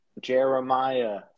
Jeremiah